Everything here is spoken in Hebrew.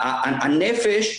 הנפש,